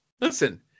Listen